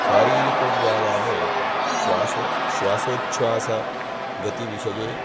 शारीरिकव्यायामे श्वासो श्वासोछ्वासगतिविषये